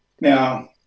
Now